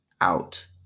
out